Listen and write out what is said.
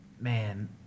man